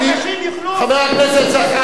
חבר הכנסת זחאלקה,